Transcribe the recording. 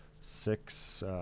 six